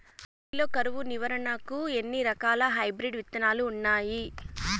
రాగి లో కరువు నివారణకు ఎన్ని రకాల హైబ్రిడ్ విత్తనాలు ఉన్నాయి